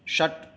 षट्